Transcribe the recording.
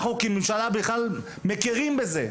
אנחנו, כממשלה, מכירים בזה".